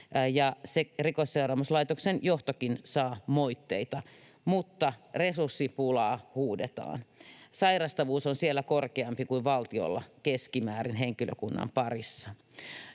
Rikosseuraamuslaitoksen johtokin saa moitteita, mutta resurssipulaa huudetaan. Sairastavuus on siellä korkeampi kuin valtiolla keskimäärin henkilökunnan parissa.